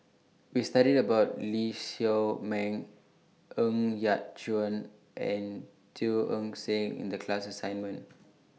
We studied about Lee Shao Meng Ng Yat Chuan and Teo Eng Seng in The class assignment